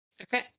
Okay